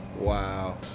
Wow